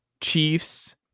chiefs